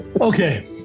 Okay